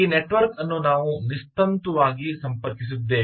ಈ ನೆಟ್ವರ್ಕ್ ಅನ್ನು ನಾವು ನಿಸ್ತಂತುವಾಗಿ ಸಂಪರ್ಕಿಸಿದ್ದೇವೆ